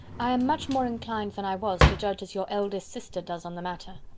i am much more inclined than i was to judge as your eldest sister does on the matter.